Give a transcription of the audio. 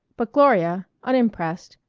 but gloria, unimpressed,